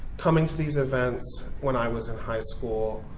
coming to these events when i was in high school,